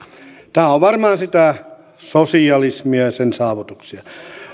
tämä on on varmaan sitä sosialismia ja sen saavutuksia